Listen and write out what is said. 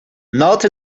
not